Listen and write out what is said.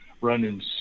running